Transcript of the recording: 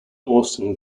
austin